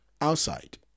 outside